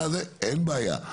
אין בעיה,